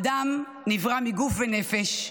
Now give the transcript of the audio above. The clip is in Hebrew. האדם נברא מגוף ונפש,